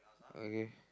okay